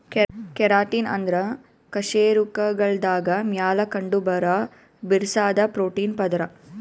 keratin ಅಂದ್ರ ಕಶೇರುಕಗಳ್ದಾಗ ಮ್ಯಾಲ್ ಕಂಡಬರಾ ಬಿರ್ಸಾದ್ ಪ್ರೋಟೀನ್ ಪದರ್